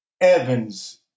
Evans